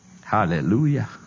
Hallelujah